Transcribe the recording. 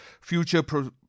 Future